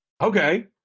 Okay